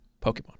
Pokemon